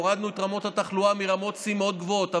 והורדנו את רמות התחלואה מרמות שיא מאוד גבוהות,